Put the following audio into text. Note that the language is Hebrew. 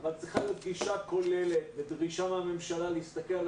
אבל צריכה להיות גישה כוללת ודרישה מהממשלה להסתכל על